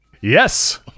Yes